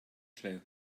clue